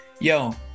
Yo